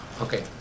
Okay